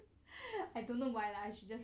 I don't know why lah she just